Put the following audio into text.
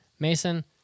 Mason